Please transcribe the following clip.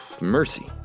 Mercy